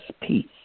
peace